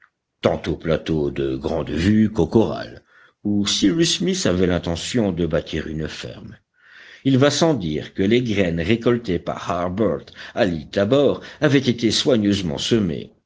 au plateau de grande vue qu'au corral où cyrus smith avait l'intention de bâtir une ferme il va sans dire que les graines récoltées par harbert à l'île tabor avaient été soigneusement semées